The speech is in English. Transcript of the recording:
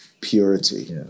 purity